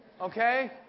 Okay